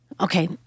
Okay